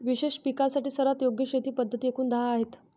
विशेष पिकांसाठी सर्वात योग्य शेती पद्धती एकूण दहा आहेत